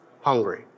hungry